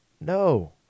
No